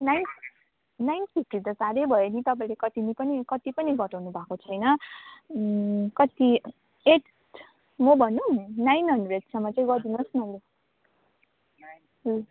nine nine fifty त साह्रै भयो नि तपाईँले कतिले पनि कति पनि घटाउनु भएको छैन कति एट म भनौँ नाइन हन्ड्रेडसम्म चाहिँ गरिदिनोस् न लु